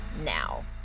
now